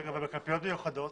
אבל הקלפיות המיוחדות,